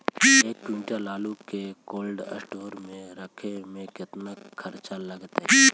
एक क्विंटल आलू के कोल्ड अस्टोर मे रखे मे केतना खरचा लगतइ?